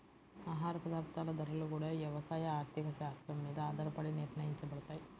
ఆహార పదార్థాల ధరలు గూడా యవసాయ ఆర్థిక శాత్రం మీద ఆధారపడే నిర్ణయించబడతయ్